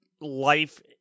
life